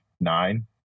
nine